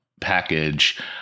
Package